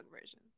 version